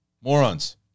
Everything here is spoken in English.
Morons